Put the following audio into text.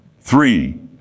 Three